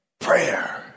prayer